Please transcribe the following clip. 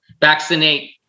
vaccinate